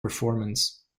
performance